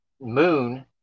moon